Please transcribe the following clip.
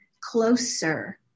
closer